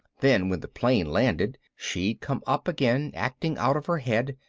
then when the plane landed she'd come up again, acting out of her head,